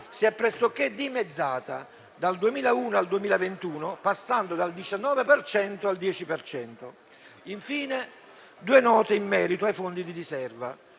si è pressoché dimezzata, dal 2001 al 2021, passando dal 19 al 10 per cento. Infine, due note in merito ai fondi di riserva,